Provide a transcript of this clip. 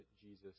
Jesus